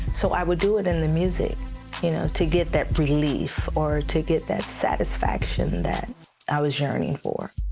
so i would do it in the music you know to get that relief or to get that satisfaction that i was yearning for.